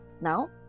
Now